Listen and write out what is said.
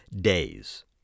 days